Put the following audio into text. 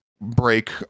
break